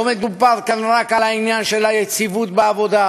לא מדובר כאן רק על העניין של היציבות בעבודה,